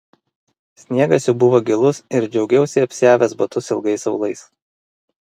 sniegas jau buvo gilus ir džiaugiausi apsiavęs batus ilgai aulais